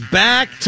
back